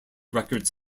records